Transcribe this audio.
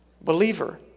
believer